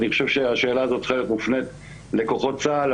אני חושב שהשאלה הזאת צריכה להיות מופנית לכוחות צה"ל,